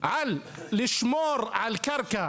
על לשמור על קרקע